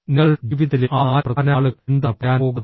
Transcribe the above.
നിങ്ങളുടെ ജീവിതത്തിലെ ആ നാല് പ്രധാന ആളുകൾ എന്താണ് പറയാൻ പോകുന്നത്